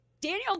Daniel